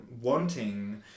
wanting